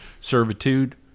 servitude